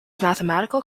mathematical